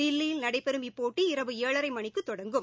தில்லியில் நடைபெறும் இப்போட்டி இரவு ஏழரைமணிக்குதொடங்கும்